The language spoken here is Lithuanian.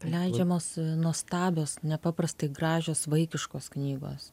leidžiamos nuostabios nepaprastai gražios vaikiškos knygos